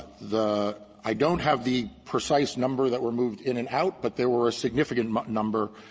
the i don't have the precise number that were moved in and out, but there were a significant number,